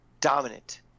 dominant